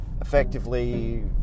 effectively